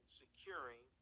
securing